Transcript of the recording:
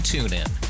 TuneIn